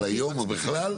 על היום או בכלל?